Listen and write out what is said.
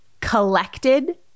collected